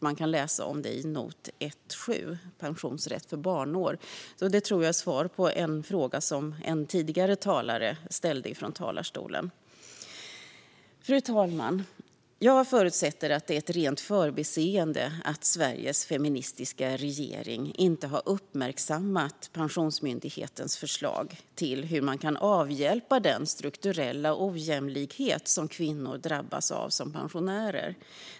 Man kan läsa om det i not 1.7, Pensionsrätt för barnår. Detta tror jag är svar på en fråga som en tidigare talare ställde i talarstolen. Fru talman! Jag förutsätter att det är ett rent förbiseende att Sveriges feministiska regering inte har uppmärksammat Pensionsmyndighetens förslag om hur man kan avhjälpa den strukturella ojämlikhet som kvinnor drabbas av som pensionärer.